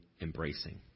embracing